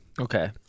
Okay